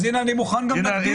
אז הינה, אני מוכן גם לדון.